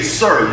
sir